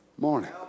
morning